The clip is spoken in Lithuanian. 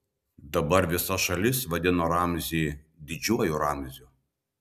dabar visa šalis vadino ramzį didžiuoju ramziu